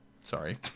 Sorry